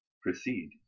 Proceed